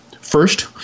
first